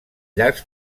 llargs